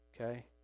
Okay